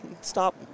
Stop